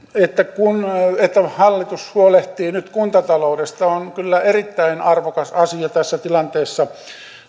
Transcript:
että hallitus huolehtii nyt kuntataloudesta on kyllä erittäin arvokas asia tässä tilanteessa